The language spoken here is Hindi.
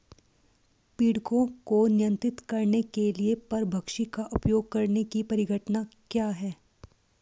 पीड़कों को नियंत्रित करने के लिए परभक्षी का उपयोग करने की परिघटना क्या है?